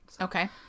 Okay